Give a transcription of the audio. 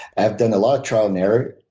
i've done a lot of trial and error.